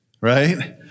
Right